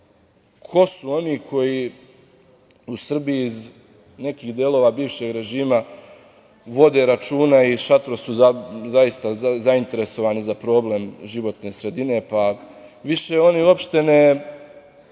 ko su oni koji u Srbiji iz nekih delova bivšeg režima vode računa i šatro su zaista zainteresovani za problem životne sredine, pa više oni uopšte ne